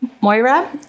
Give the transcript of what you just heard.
Moira